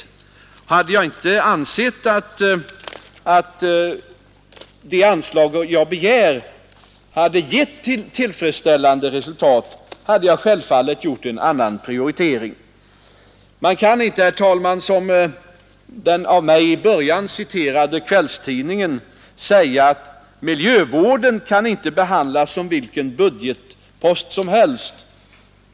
Hade jag inte ansett att det anslag jag begär skulle ge tillfredsställande resultat, hade jag självfallet gjort en annan prioritering. Man kan inte, herr talman, som den av mig i början citerade kvällstidningen säga att miljövården inte kan behandlas som vilken budgetpost som helst.